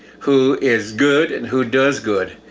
who is good, and who does good,